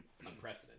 unprecedented